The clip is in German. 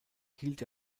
hielt